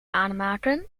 aanmaken